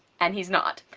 and he's not.